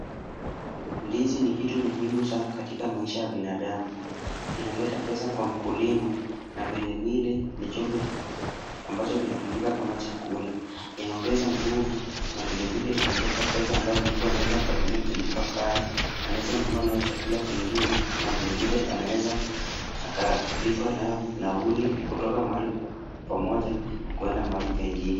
Ndizi ni kitu muhimu sana katika maisha ya binadamu, inaleta pesa kwa mkulima na vile vile ni chombo ambacho kinatumika kama chakula, inaongeza nguvu na vilevile inaleta pesa ambayo mtu anaweza akatumia kulipa karo, anaweza nunua nayo chakula ingine na vilevile anaweza akalipa nayo nauli kutoka mahali pamoja kwenda mahali pengine.